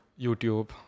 YouTube